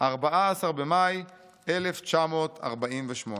14 במאי 1948."